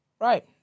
Right